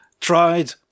tried